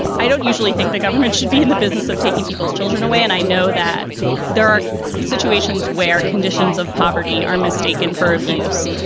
i don't usually think the government should be in the business of taking people's children away. and i know that there are situations where conditions of poverty are mistaken for abuse.